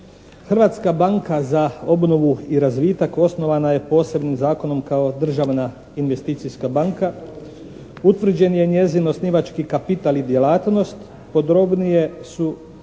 Hrvatska banka za obnovu i razvitak osnovana je posebnim zakonom kao državna investicijska banka, utvrđen je njezin osnivački kapital i djelatnost, podrobnije su